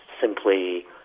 simply